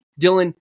Dylan